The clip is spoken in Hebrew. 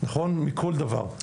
מכל דבר, נכון?